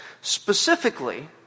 Specifically